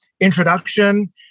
introduction